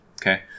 Okay